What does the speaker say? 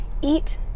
eat